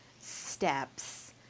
steps